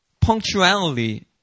punctuality